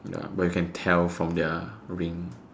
ya but you can tell from their ring